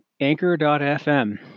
Anchor.fm